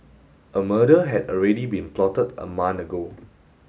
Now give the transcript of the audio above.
a murder had already been plotted a month ago